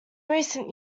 recent